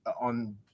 on